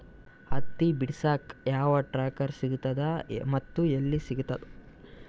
ಹತ್ತಿ ಬಿಡಸಕ್ ಯಾವ ಟ್ರಾಕ್ಟರ್ ಸಿಗತದ ಮತ್ತು ಎಲ್ಲಿ ಸಿಗತದ?